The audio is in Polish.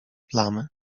plamy